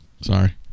Sorry